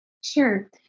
Sure